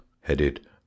headed